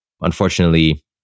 Unfortunately